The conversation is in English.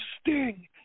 Sting